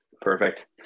Perfect